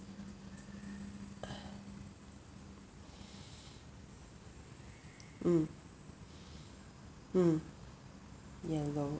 mm mm yellow